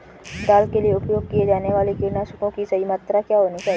दाल के लिए उपयोग किए जाने वाले कीटनाशकों की सही मात्रा क्या होनी चाहिए?